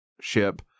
ship